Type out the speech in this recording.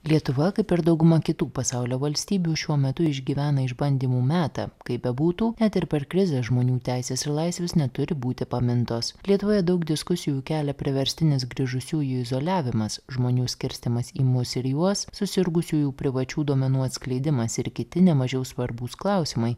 lietuva kaip ir dauguma kitų pasaulio valstybių šiuo metu išgyvena išbandymų metą kaip bebūtų net ir per krizę žmonių teisės ir laisvės neturi būti pamintos lietuvoje daug diskusijų kelia priverstinis grįžusiųjų izoliavimas žmonių skirstymas į mus ir juos susirgusiųjų privačių duomenų atskleidimas ir kiti nemažiau svarbūs klausimai